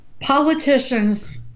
Politicians